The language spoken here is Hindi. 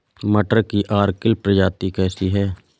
मटर की अर्किल प्रजाति कैसी है?